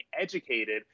educated